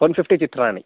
one fifty चित्राणि